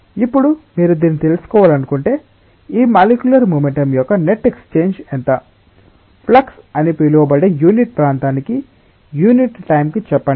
ఇప్పుడు మీరు దీన్ని తెలుసుకోవాలనుకుంటే ఈ మాలిక్యూలర్ మొమెంటం యొక్క నెట్ ఎక్స్చేంజ్ ఎంత ఫ్లక్స్ అని పిలువబడే యూనిట్ ప్రాంతానికి యూనిట్ టైం కి చెప్పండి